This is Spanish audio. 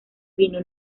vino